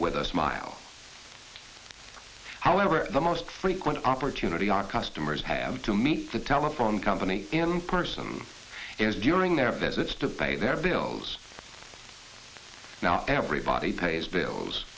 the smile however the most frequent opportunity our customers have to meet the telephone company in person is during their visits to pay their bills now everybody pays bills